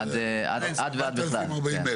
כן, עד ועד בכלל.